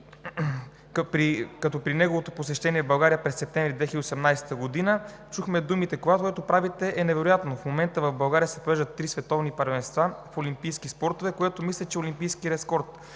като при неговото посещение в България през месец септември 2018 г. чухме думите: „Това, което правите, е невероятно!“ В момента в България се провеждат три световни първенства в олимпийските спортове, което мисля, че е олимпийски рекорд.